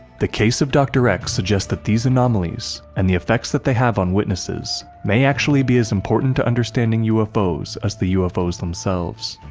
the case of dr. x suggests that these anomalies and the effects that they have on witnesses may actually be as important to understanding ufos as the ufos themselves.